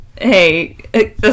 Hey